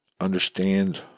understand